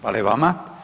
Hvala i vama.